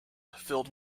filled